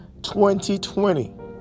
2020